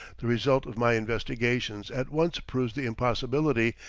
the result of my investigations at once proves the impossibility,